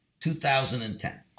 2010